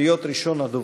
להיות ראשון הדוברים.